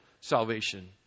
salvation